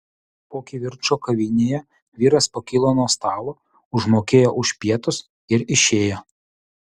po kivirčo kavinėje vyras pakilo nuo stalo užmokėjo už pietus ir išėjo